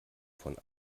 von